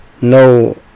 no